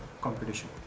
competition